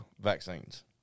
vaccines